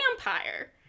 Vampire